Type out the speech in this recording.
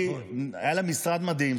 היה לה משרד מדהים,